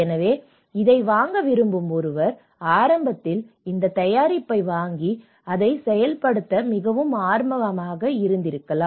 எனவே இதை வாங்க விரும்பும் ஒருவர் ஆரம்பத்தில் இந்த தயாரிப்பை வாங்கி அதைச் செயல்படுத்த மிகவும் ஆர்வமாக இருந்திருக்கலாம்